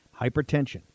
Hypertension